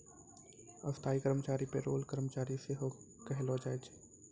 स्थायी कर्मचारी के पे रोल कर्मचारी सेहो कहलो जाय छै